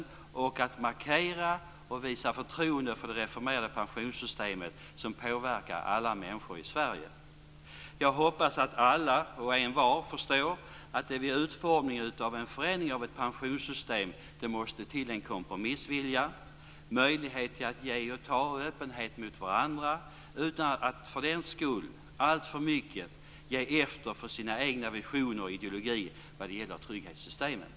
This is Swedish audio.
Det är viktigt att markera och visa förtroende för det reformerade pensionssystemet som påverkar alla människor i Sverige. Jag hoppas att alla och envar förstår att det vid utformningen av en förändring av ett pensionssystem måste till kompromissvilja, möjlighet att ge och ta och öppenhet mot andra - utan att man för den skull alltför mycket ger efter i fråga om sina egna visioner och sin egen ideologi vad gäller trygghetssystemen.